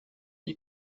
dis